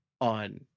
on